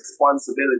responsibility